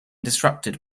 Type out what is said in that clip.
disrupted